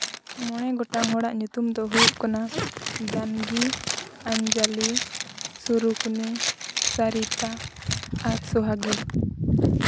ᱢᱚᱬᱮ ᱜᱚᱴᱟᱝ ᱦᱚᱲᱟᱜ ᱧᱩᱛᱩᱢ ᱫᱚ ᱦᱩᱭᱩᱜ ᱠᱟᱱᱟ ᱫᱟᱹᱱᱜᱤ ᱚᱧᱡᱚᱞᱤ ᱥᱩᱨᱩᱠᱩᱱᱤ ᱥᱟᱹᱨᱤᱛᱟ ᱟᱨ ᱥᱚᱦᱟᱜᱤ